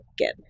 again